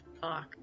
fuck